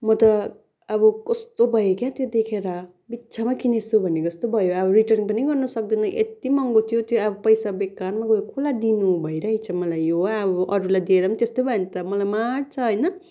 म त अब कस्तो भयो क्या त्यो देखेर बित्थामा किने छु भन्ने जस्तो भयो अब रिटर्न पनि गर्नु सक्दिन यति महँगो थियो त्यो अब त्यो पैसा बेकारमा गयो कसलाई दिनु भइरहेछ मलाई यो वा अरूलाई दिएर पनि त्यस्तै भयो भन्त मलाई मार्छ होइन